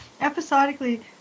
episodically